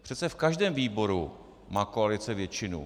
Přece v každém výboru má koalice většinu.